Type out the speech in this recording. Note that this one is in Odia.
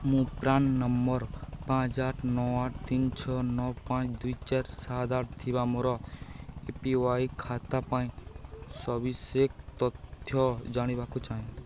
ମୁଁ ପ୍ରାନ୍ ନମ୍ବର୍ ପାଞ୍ଚ ଆଠ ନଅ ଆଠ ତିନି ଛଅ ନଅ ପାଞ୍ଚ ଦୁଇ ଚାରି ସାତ ଆଠ ଥିବା ମୋର ଏ ପି ୱାଇ ଖାତା ପାଇଁ ସବିଶେଷ ତଥ୍ୟ ଜାଣିବାକୁ ଚାହେଁ